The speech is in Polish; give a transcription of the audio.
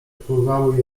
pływały